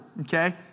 Okay